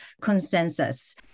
consensus